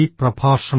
ഈ പ്രഭാഷണം